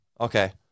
Okay